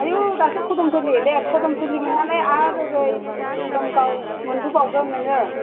आयौ दासो खदमथलि दे खदमथ'लि मोननानै आर ओरै दमगाव मोनबोबावगोन नोङो